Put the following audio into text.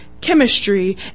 chemistry